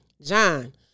John